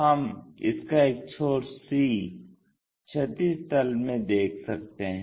हम इसका एक छोर C क्षैतिज तल में देख सकते हैं